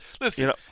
listen